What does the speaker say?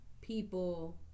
people